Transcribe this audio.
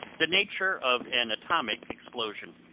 the nature of an atomic explosion